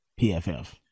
PFF